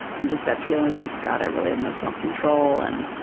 and just that feeling of, god i really have no self control, and.